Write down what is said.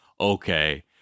Okay